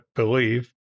believe